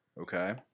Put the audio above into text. Okay